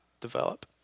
develop